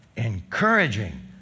Encouraging